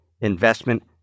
investment